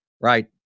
Right